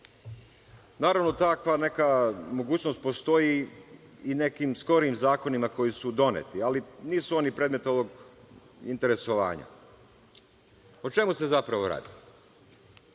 Naravno, takva neka mogućnost postoji i nekim skorijim zakonima koji su doneti, ali nisu oni predmet ovog interesovanja.O čemu se zapravo radi?